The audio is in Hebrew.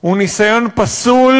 הוא ניסיון פסול,